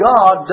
God